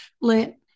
let